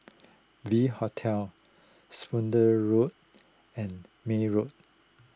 V Hotel Spooner Road and May Road